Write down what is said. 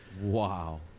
Wow